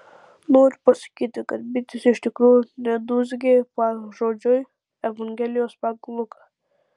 noriu pasakyti kad bitės iš tikrųjų nedūzgė pažodžiui evangelijos pagal luką